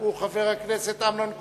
הוא חבר הכנסת אמנון כהן,